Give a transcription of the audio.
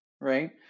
right